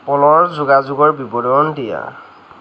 পলৰ যোগাযোগৰ বিৱৰণ দিয়া